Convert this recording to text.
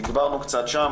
תגברנו קצת שם,